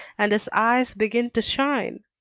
and his eyes begin to shine.